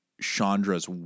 Chandra's